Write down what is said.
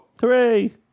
Hooray